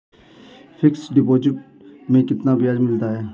Fix deposit में कितना ब्याज मिलता है?